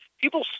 People